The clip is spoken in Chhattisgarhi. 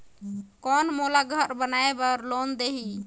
कौन मोला घर बनाय बार लोन देही?